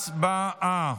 הצבעה.